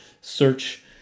search